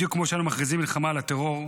בדיוק כמו שאנחנו מכריזים מלחמה על הטרור.